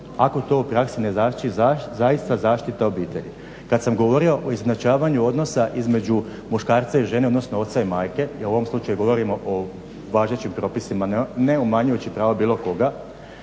ako to u praksi ne znači zaista zaštita obitelji. Kada sam govorio o izjednačavanju odnosa između muškarca i žene odnosno oca i majke, jel u ovom slučaju govorimo o važećim propisima ne umanjujući prava bilo koga,